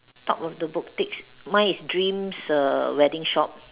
top of the boutique mine is dreams err wedding shop